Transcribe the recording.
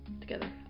together